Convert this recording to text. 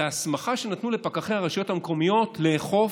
וזה ההסמכה שנתנו לפקחי הרשויות המקומיות לאכוף,